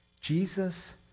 Jesus